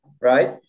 right